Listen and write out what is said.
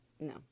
No